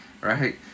right